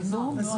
בזום.